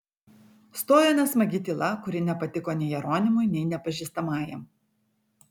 stojo nesmagi tyla kuri nepatiko nei jeronimui nei nepažįstamajam